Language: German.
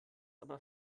aber